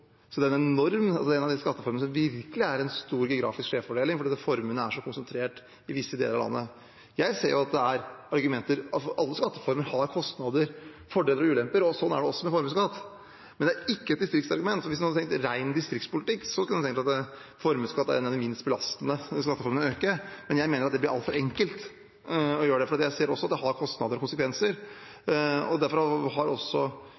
Så det er en av de skatteformene som virkelig gir en stor geografisk skjevfordeling, fordi formuene er så konsentrert i visse deler av landet. Jeg ser jo at det finnes argumenter – alle skatteformer har kostnader, fordeler og ulemper, og slik er det også med formuesskatt. Men det er ikke et distriktsargument. Hvis man hadde tenkt ren distriktspolitikk, kunne man ha tenkt at formuesskatt er en av de minst belastende skatteformene å øke, men jeg mener at det blir altfor enkelt å gjøre det, for jeg ser også at det har kostnader og